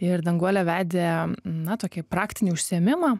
ir danguolė vedė na tokį praktinį užsiėmimą